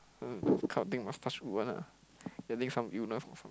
uh this kind of thing must touch wood one ah getting some illness or some